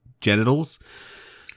genitals